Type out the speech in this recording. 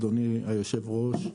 אדוני היושב ראש,